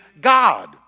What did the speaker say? God